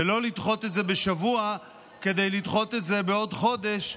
ולא לדחות את זה בשבוע כדי לדחות את זה בעוד חודש,